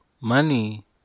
money